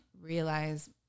realize